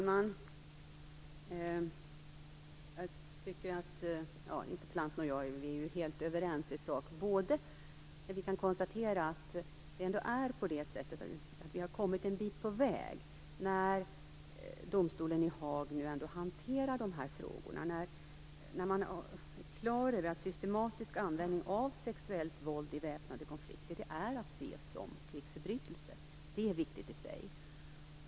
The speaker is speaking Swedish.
Herr talman! Interpellanten och jag är ju helt överens i sak. Vi kan konstatera att vi har kommit en bit på väg när domstolen i Haag hanterar de här frågorna och när man är klar över att systematisk användning av sexuellt våld i väpnade konflikter är att se som krigsförbrytelse. Det är viktigt i sig.